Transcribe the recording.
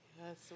Yes